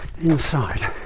inside